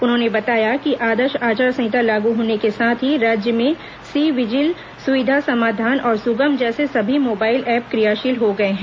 उन्होंने बताया कि आदर्श आचार संहिता लागू होने के साथ ही राज्य में सी विजिल सुविधा समाधान और सुगम जैसे सभी मोबाइल ऐप क्रियाशील हो गए हैं